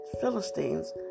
Philistines